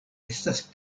estas